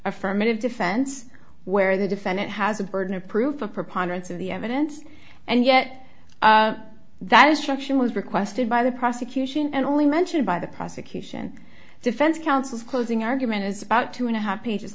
affirmative defense where the defendant has a burden of proof a preponderance of the evidence and yet that is traction was requested by the prosecution and only mentioned by the prosecution defense counsel's closing argument is about two and a half pages